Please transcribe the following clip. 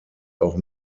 auch